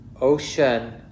ocean